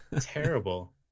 Terrible